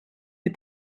des